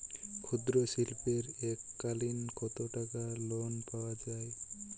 ক্ষুদ্রশিল্পের এককালিন কতটাকা লোন পাওয়া য়ায়?